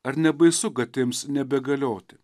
ar nebaisu kad ims nebegalioti